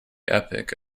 epoch